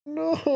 no